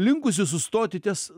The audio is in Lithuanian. linkusi sustoti ties